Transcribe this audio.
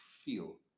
feel